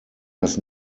das